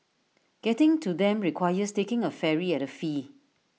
getting to them requires taking A ferry at A fee